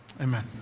Amen